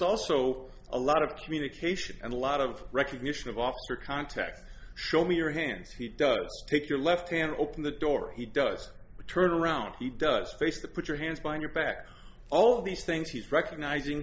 also a lot of communication and a lot of recognition of officer context show me your hands he does take your left hand open the door he does a turn around he does face the put your hands behind your back all of these things he's recognizing